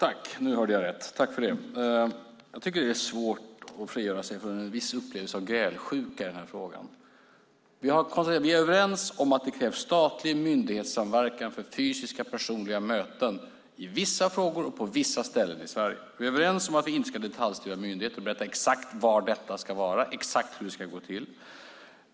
Fru talman! Det är svårt att frigöra sig från en viss upplevelse av grälsjuka i den här frågan. Vi har konstaterat att vi är överens om att det krävs statlig myndighetssamverkan för fysiska personliga möten i vissa frågor och på vissa ställen i Sverige. Vi är överens om att vi inte ska detaljstyra myndigheter och berätta exakt vad det ska vara eller exakt hur det ska gå till.